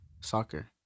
soccer